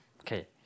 Okay